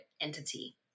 entity